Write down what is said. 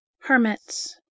Hermits